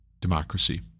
democracy